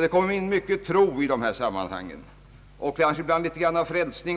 Det kommer in så mycket av tro i dessa sammanhang, och tydligen även känslor av frälsning.